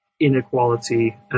inequality